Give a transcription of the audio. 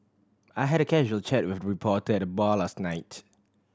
I had a casual chat with a reporter at the bar last night